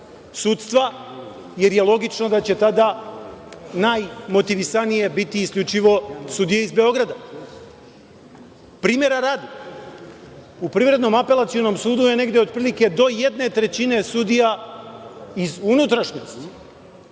sudstva, jer je logično da će tada najmotivisanije biti isključivo sudije iz Beograda. Primera radi, u Privrednom apelacionom sudu je negde otprilike do jedne trećine sudija iz unutrašnjosti,